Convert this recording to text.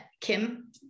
Kim